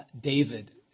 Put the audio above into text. David